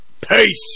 Peace